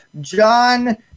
John